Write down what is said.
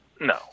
No